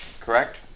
correct